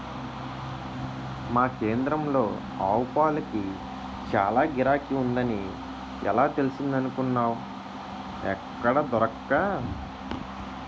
మా కేంద్రంలో ఆవుపాలకి చాల గిరాకీ ఉందని ఎలా తెలిసిందనుకున్నావ్ ఎక్కడా దొరక్క